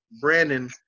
Brandon